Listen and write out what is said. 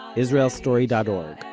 israelstory dot org,